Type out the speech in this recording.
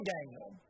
Daniel